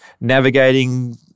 navigating